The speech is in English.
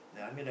but